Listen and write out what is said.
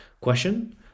Question